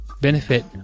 benefit